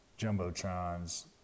Jumbotrons